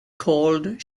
called